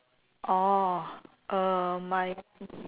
orh uh my